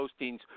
postings